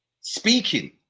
speaking